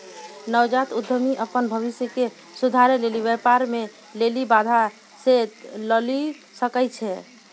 नवजात उद्यमि अपन भविष्य के सुधारै लेली व्यापार मे ऐलो बाधा से लरी सकै छै